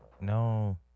No